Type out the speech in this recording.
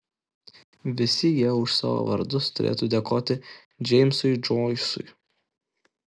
visi jie už savo vardus turėtų dėkoti džeimsui džoisui